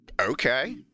Okay